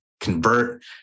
convert